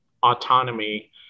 autonomy